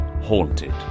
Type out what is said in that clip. Haunted